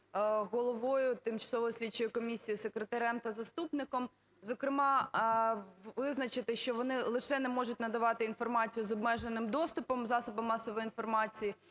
головою тимчасової слідчої комісії, секретарем та заступником. Зокрема, визначити, що вони лише можуть надавати інформацію з обмеженим доступом засобам масової інформації,